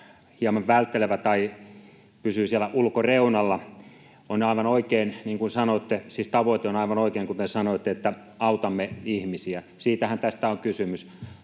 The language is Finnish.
hieman välttelevä tai pysyi siellä ulkoreunalla. On aivan oikein niin kuin sanoitte — siis tavoite on aivan oikein — että autamme ihmisiä. Siitähän tässä on kysymys.